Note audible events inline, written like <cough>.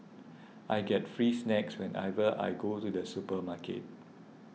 <noise> I get free snacks whenever I go to the supermarket